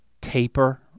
taper